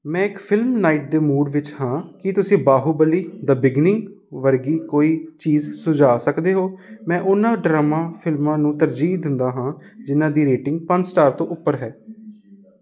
ਮੈਂ ਇੱਕ film night ਦੇ ਮੂਡ ਵਿੱਚ ਹਾਂ ਕੀ ਤੁਸੀਂ ਬਾਹੂਬਲੀ ਦ ਬਿਗਿਨਿੰਗ ਵਰਗੀ ਕੋਈ ਚੀਜ਼ ਸੁਝਾਅ ਸਕਦੇ ਹੋ ਮੈਂ ਉਹਨਾਂ ਡਰਾਮਾ ਫਿਲਮਾਂ ਨੂੰ ਤਰਜੀਹ ਦਿੰਦਾ ਹਾਂ ਜਿਨ੍ਹਾਂ ਦੀ ਰੇਟਿੰਗ ਪੰਜ ਸਟਾਰ ਤੋਂ ਉੱਪਰ ਹੈ